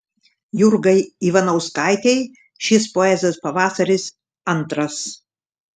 jurgai ivanauskaitei šis poezijos pavasaris antras